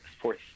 fourth